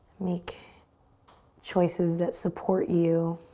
make choices that support you